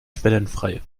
quellenfrei